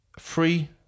free